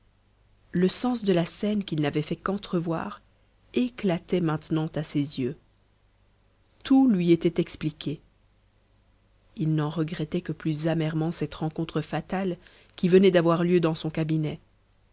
le sens de la scène qu'il n'avait fait qu'entrevoir éclatait maintenant à ses yeux tout lui était expliqué il n'en regrettait que plus amèrement cette rencontre fatale qui venait d'avoir lieu dans son cabinet